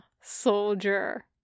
soldier